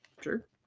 Sure